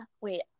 Wait